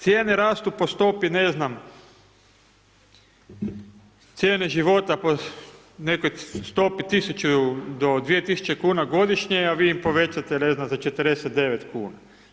Cijene rastu po stopi, ne znam, cijene života po nekoj stopi 1000 do 2000 kuna godišnje a vi im povećate, ne znam, za 49 kuna.